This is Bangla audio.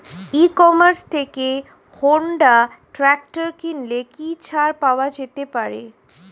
ই কমার্স থেকে হোন্ডা ট্রাকটার কিনলে কি ছাড় পাওয়া যেতে পারে?